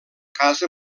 casa